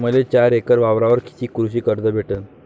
मले चार एकर वावरावर कितीक कृषी कर्ज भेटन?